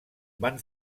van